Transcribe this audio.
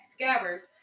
Scabbers